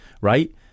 right